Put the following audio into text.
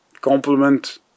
Compliment